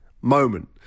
moment